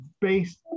based